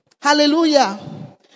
Hallelujah